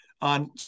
on